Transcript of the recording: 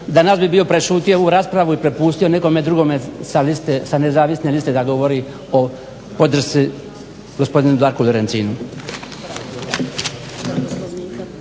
danas bi bio prešutio ovu raspravu i prepustio nekome drugome sa nezavisne liste da govorio o podršci gospodinu Darku Lorencinu.